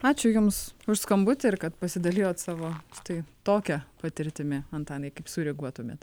ačiū jums už skambutį ir kad pasidalijot savo štai tokia patirtimi antanai kaip sureaguotumėt